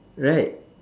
right